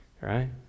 right